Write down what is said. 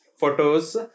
photos